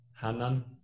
Hanan